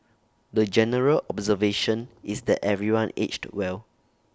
the general observation is that everyone aged well